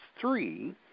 three